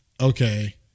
okay